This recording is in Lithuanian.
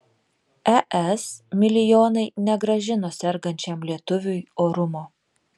es milijonai negrąžino sergančiam lietuviui orumo